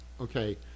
Okay